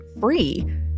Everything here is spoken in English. free